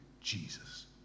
Jesus